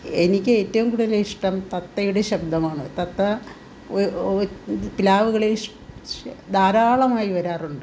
എനിക്കേറ്റവും കൂടുതലിഷ്ടം തത്തയുടെ ശബ്ദമാണ് തത്ത ഒ പ്ലാവുകളിൽ ശ് ധാരാളമായി വരാറുണ്ട്